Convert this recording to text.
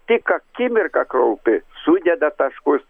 tik akimirką kraupi sudeda taškus